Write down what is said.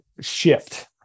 shift